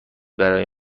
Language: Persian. برای